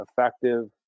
effective